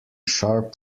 sharp